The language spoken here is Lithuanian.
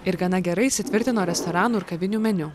ir gana gerai įsitvirtino restoranų ir kavinių meniu